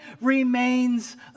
remains